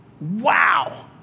Wow